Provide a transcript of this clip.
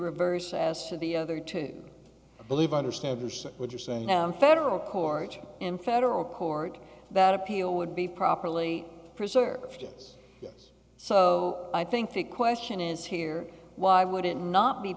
reversed as for the other to believe i understand what you're saying federal court in federal court that appeal would be properly preserved yes yes so i think the question is here why would it not